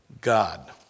God